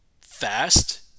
fast